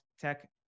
tech